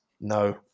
no